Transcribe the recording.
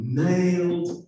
nailed